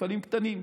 מפעלים קטנים,